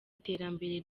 iterambere